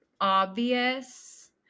obvious